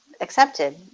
accepted